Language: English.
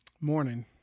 Morning